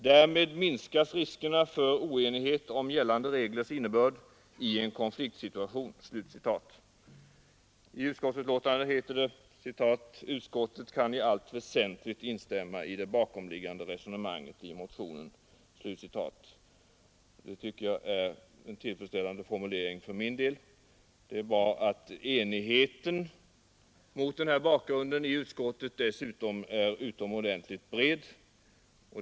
Därmed minskas riskerna för oenighet om gällande reglers innebörd i en konfliktsituation.” I utskottsbetänkandet heter det: ”Utskottet kan i allt väsentligt instämma i det bakomliggande resonemanget i motionen.” Det tycker jag är en tillfredsställande formulering. Det är bra att enigheten i utskottet mot den här bakgrunden dessutom är utomordentligt bred.